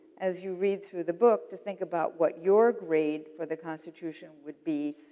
as you read through the book, to think about what your grade for the constitution would be.